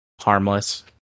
harmless